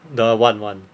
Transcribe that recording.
the one one